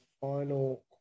final